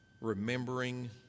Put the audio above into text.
remembering